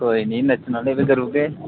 कोई नी नच्चने आह्ले बी करी ओड़गे